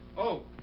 oh,